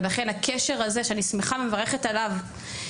ולכן הקשר הזה שאני שמחה ומברכת עליו,